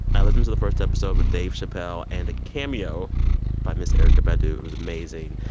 i listened to the first episode with dave chappelle and a cameo by miss erykah badu. it was amazing.